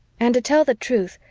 and to tell the truth,